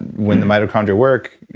when the mitochondria work,